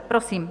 Prosím.